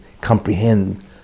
comprehend